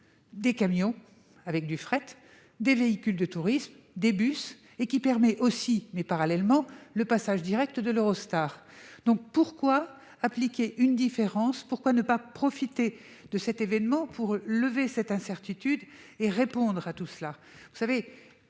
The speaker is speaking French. des camions, avec du fret, des véhicules de tourisme, des bus et elle permet, parallèlement, le passage direct de l'Eurostar. Pourquoi donc faire une différence ? Pourquoi ne pas profiter de cet événement pour lever cette incertitude et répondre à cette